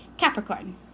Capricorn